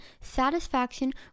satisfaction